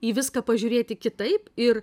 į viską pažiūrėti kitaip ir